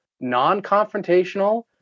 non-confrontational